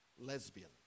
lesbian